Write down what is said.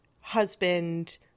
husband